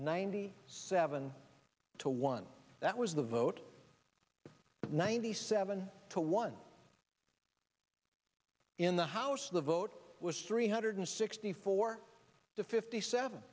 ninety seven to one that was the vote ninety seven to one in the house the vote was three hundred sixty four to fifty seven